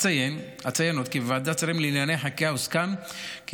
אציין עוד כי בוועדת השרים לענייני חקיקה הוסכם כי